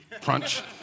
crunch